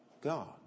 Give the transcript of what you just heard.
God